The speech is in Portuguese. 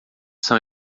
são